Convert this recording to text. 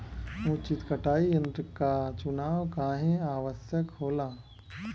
उचित कटाई यंत्र क चुनाव काहें आवश्यक होला?